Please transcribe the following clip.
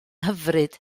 hyfryd